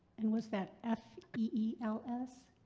and was that f e e l s?